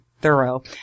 thorough